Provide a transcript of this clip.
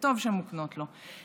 שטוב שמוקנות לו.